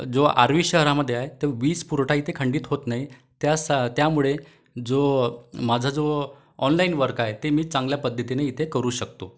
जो आर्वी शहरामध्ये आहे तर वीजपुरवठा इथे खंडित होत नाही त्यासा त्यामुळे जो माझा जो ऑनलाइन वर्क आहे ते मी चांगल्या पद्धतीने इथे करू शकतो